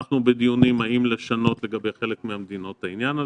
אנחנו בדיונים האם לשנות חלק מהמדינות את העניין הזה.